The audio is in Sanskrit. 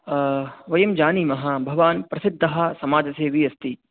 वयं जानीमः भवान् प्रसिद्धः समाजसेवी अस्ति